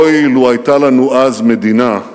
אוי, לו היתה לנו אז מדינה,